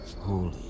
Holy